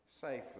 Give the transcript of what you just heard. safely